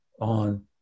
on